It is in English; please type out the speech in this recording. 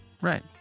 Right